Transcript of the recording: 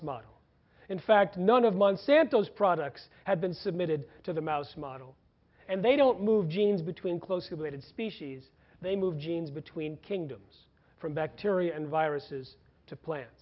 model in fact none of month santo's products had been submitted to the mouse model and they don't move genes between closely related species they move genes between kingdoms from bacteria and viruses to plant